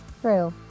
true